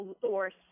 source